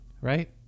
right